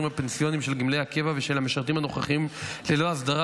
הפנסיוניים של גמלאי הקבע ושל המשרתים הנוכחיים ללא הסדרה,